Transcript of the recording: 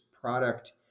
product